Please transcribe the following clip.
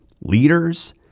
leaders